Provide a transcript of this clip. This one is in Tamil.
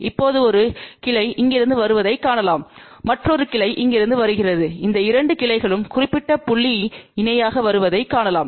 இப்போது ஒரு கிளை இங்கிருந்து வருவதைக் காணலாம் மற்றொரு கிளை இங்கிருந்து வருகிறது இந்த 2 கிளைகளும் குறிப்பிட்ட புள்ளி இணையாக வருவதைக் காணலாம்